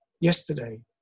Yesterday